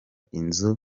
inzu